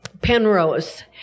Penrose